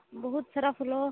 ବହୁତ ସାରା ଫୁଲ